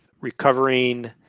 recovering